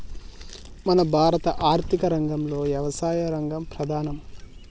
మన భారత ఆర్థిక రంగంలో యవసాయ రంగం ప్రధానం